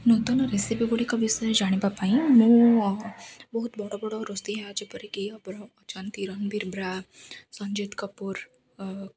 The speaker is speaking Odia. ନୂତନ ରେସିପି ଗୁଡ଼ିକ ବିଷୟରେ ଜାଣିବା ପାଇଁ ମୁଁ ବହୁତ ବଡ଼ ବଡ଼ ରୋଷେଇଆ ଯେପରିକି ଅଛନ୍ତି ରଣବୀରବ୍ରା ସଞ୍ଜିତ କପୁର